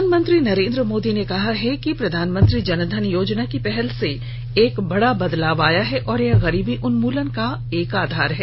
प्रधानमंत्री नरेन्द्र मोदी ने कहा है कि प्रधानमंत्री जनधन योजना की पहल से एक बड़ा बदलाव आया है और यह गरीबी उन्मूलन के लिए एक आधार है